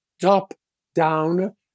top-down